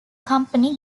company